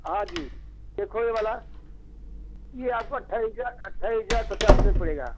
हाँजी देखो ये वाला ये आपको अट्ठाईस हजार अट्ठाईस हजार पचास रुपए का पड़ेगा